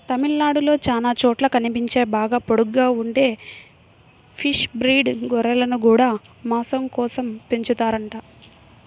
తమిళనాడులో చానా చోట్ల కనిపించే బాగా పొడుగ్గా ఉండే షీప్ బ్రీడ్ గొర్రెలను గూడా మాసం కోసమే పెంచుతారంట